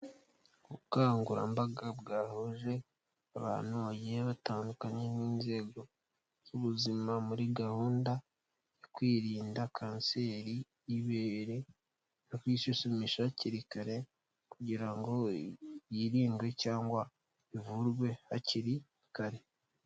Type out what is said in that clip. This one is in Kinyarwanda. Ubukangurambaga bwahuje abantu bagiye batandukanye n'inzego z'ubuzima muri gahunda yo kwirinda kanseri y'ibere no kwisuzumisha hakiri kare kugira ngo yirindwe cyangwa ivurwe hakiri kare.